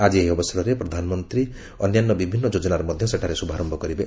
ଆକି ଏହି ଅବସରରେ ପ୍ରଧାନମନ୍ତ୍ରୀ ଅନ୍ୟାନ୍ୟ ବିଭିନ୍ନ ଯୋଜନାର ମଧ୍ୟ ସେଠାରେ ଶୁଭାରୟ କରିବେ